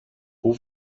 πού